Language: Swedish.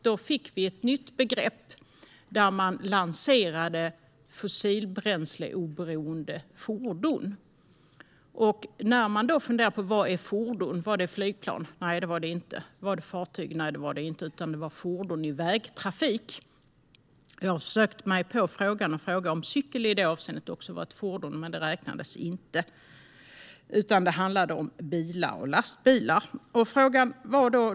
Då fick vi ett nytt begrepp: fossilbränsleoberoende fordon. Då kunde man fundera på: Vad är fordon? Var det flygplan? Nej, det var det inte. Var det fartyg? Nej, det var det inte. Det var fordon i vägtrafik. Jag har försökt fråga om cykel i det avseendet också var ett fordon. Men det räknades inte. Det handlade om bilar och lastbilar.